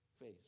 face